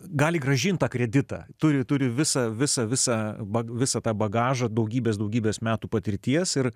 gali grąžinti kreditą turi turi visą visą visą ba visą tą bagažą daugybės daugybės metų patirties ir